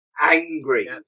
angry